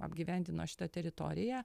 apgyvendino šitą teritoriją